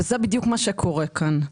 זה בדיוק מה שקורה כאן.